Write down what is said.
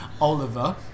Oliver